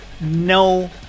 no